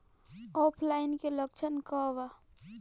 ऑफलाइनके लक्षण क वा?